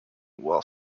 while